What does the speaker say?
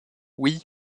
oui